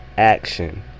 action